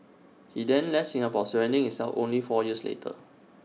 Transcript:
he then left Singapore surrendering himself only four years later